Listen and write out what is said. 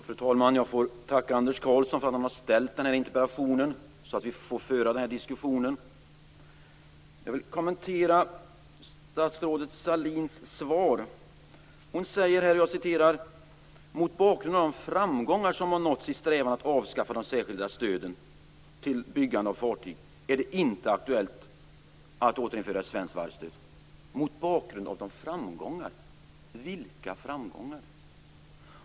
Fru talman! Jag får tacka Anders Karlsson för att han har ställt den här interpellationen och för att vi därmed får föra denna diskussion. Jag vill kommentera statsrådet Sahlins svar. Hon säger: "Mot bakgrund av de framgångar som har nåtts i strävan att avskaffa de särskilda stöden till byggande - av fartyg är det inte aktuellt att - återinföra ett varvsstöd." "Mot bakgrund av de framgångar", säger Mona Sahlin. Vilka framgångar?